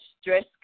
stress